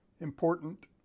important